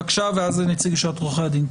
בבקשה, ואז נציג לשכת עורכי הדין.